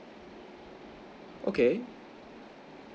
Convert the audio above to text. okay